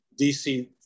dc